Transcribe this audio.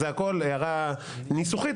זה הכל הערה ניסוחית.